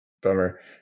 bummer